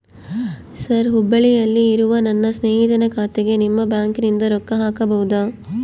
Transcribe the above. Sir ಹುಬ್ಬಳ್ಳಿಯಲ್ಲಿ ಇರುವ ನನ್ನ ಸ್ನೇಹಿತನ ಖಾತೆಗೆ ನಿಮ್ಮ ಬ್ಯಾಂಕಿನಿಂದ ರೊಕ್ಕ ಹಾಕಬಹುದಾ?